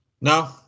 No